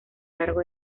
largo